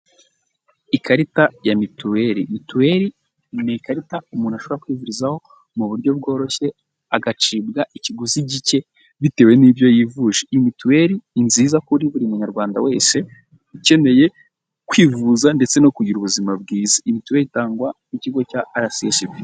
Ikarita ya mituweli, mituweli ni ikarita umuntu ashobora kwivurizaho mu buryo bworoshye agacibwa ikiguzi gike bitewe n'ibyo yivuje mituweli ni nziza kuri buri munyarwanda wese ukeneye kwivuza ndetse no kugira ubuzima bwiza imituweli itangwa n'ikigo cya RSSB.